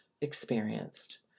experienced